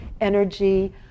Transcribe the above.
energy